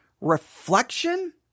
reflection